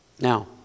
Now